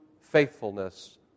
faithfulness